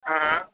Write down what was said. हा